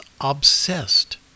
obsessed